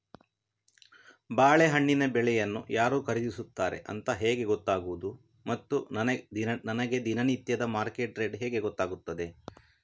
ಬಾಳೆಹಣ್ಣಿನ ಬೆಳೆಯನ್ನು ಯಾರು ಖರೀದಿಸುತ್ತಾರೆ ಅಂತ ಹೇಗೆ ಗೊತ್ತಾಗುವುದು ಮತ್ತು ನನಗೆ ದಿನನಿತ್ಯದ ಮಾರ್ಕೆಟ್ ರೇಟ್ ಹೇಗೆ ಗೊತ್ತಾಗುತ್ತದೆ?